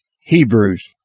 Hebrews